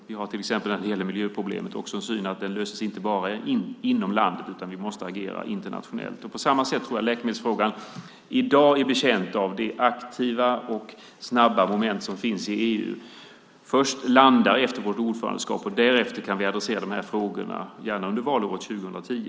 Vi har till exempel när det gäller miljöproblemet också synen att det inte löses bara inom landet, utan vi måste agera internationellt. På samma sätt tror jag att läkemedelsfrågan i dag är betjänt av det aktiva och snabba moment som finns i EU. Vi ska först landa efter vårt ordförandeskap, och därefter kan vi adressera de här frågorna, gärna under valåret 2010.